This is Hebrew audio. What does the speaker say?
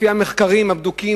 לפי המחקרים הבדוקים,